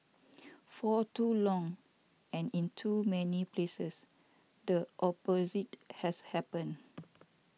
for too long and in too many places the opposite has happened